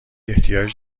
احتیاج